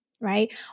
right